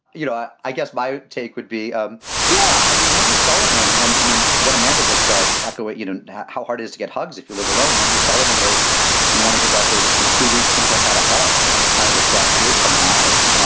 you know, i i guess my take would be. um yeah. i mean, andrew sullivan and i mean what amanda just said, echoing, you know how hard it is to get hugs if you live alone. andrew sullivan wrote in one of his essays, it's been two weeks since i've had a hug and it kind of just brought tears to my eyes.